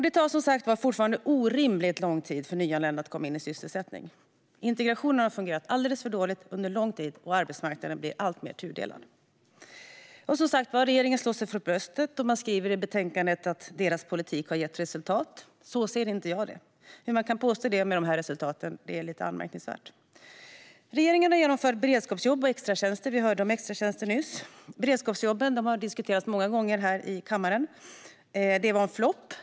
Det tar som sagt fortfarande orimligt lång tid för nyanlända att komma in i sysselsättning. Integrationen har fungerat alldeles för dåligt under lång tid, och arbetsmarknaden blir alltmer tudelad. Regeringen slår sig för bröstet, och i betänkandet skriver man att deras politik har gett resultat. Jag ser det inte på det sättet. Det är lite anmärkningsvärt att påstå det med tanke på de här resultaten. Regeringen har genomfört beredskapsjobb och extratjänster. Vi hörde nyss om extratjänsterna, och beredskapsjobben har diskuterats många gånger här i kammaren. De blev en flopp.